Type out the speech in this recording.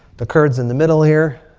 the kurds in the middle here.